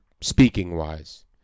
speaking-wise